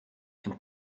and